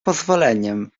pozwoleniem